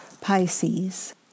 Pisces